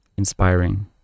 inspiring